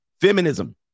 Feminism